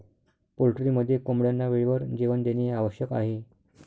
पोल्ट्रीमध्ये कोंबड्यांना वेळेवर जेवण देणे आवश्यक आहे